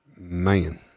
Man